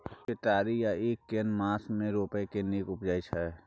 केतारी या ईख केना मास में रोपय से नीक उपजय छै?